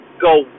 go